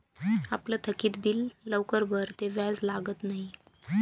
आपलं थकीत बिल लवकर भरं ते व्याज लागत न्हयी